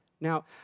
Now